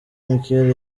mikel